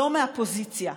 "לא מהפוזיציה".